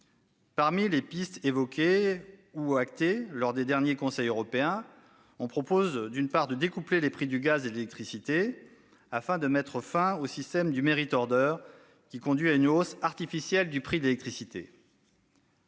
Parmi les pistes évoquées ou actées lors des derniers conseils européens, on propose de découpler les prix du gaz et de l'électricité, afin de mettre fin au système du, qui conduit à une hausse artificielle du prix de l'électricité.